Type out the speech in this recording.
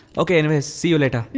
ok anyways see you later,